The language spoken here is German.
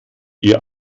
ihr